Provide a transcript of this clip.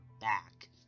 back